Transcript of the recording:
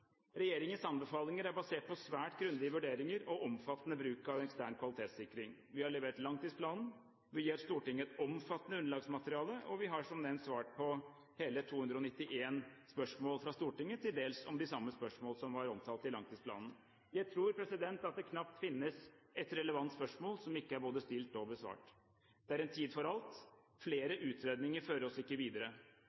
Regjeringens anbefalinger er basert på svært grundige vurderinger og omfattende bruk av ekstern kvalitetssikring. Vi har levert langtidsplanen. Vi gir Stortinget et omfattende underlagsmateriale, og vi har som nevnt svart på hele 291 spørsmål fra Stortinget – til dels om det samme som ble omtalt i langtidsplanen. Jeg tror det knapt finnes ett relevant spørsmål som ikke er både stilt og besvart. Det er en tid for alt.